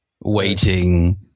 waiting